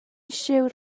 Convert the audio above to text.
siŵr